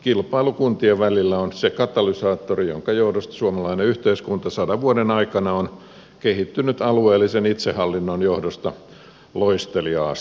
kilpailu kuntien välillä on se katalysaattori jonka johdosta ja alueellisen itsehallinnon johdosta suomalainen yhteiskunta on sadan vuoden aikana kehittynyt loisteliaasti